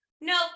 No